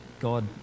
God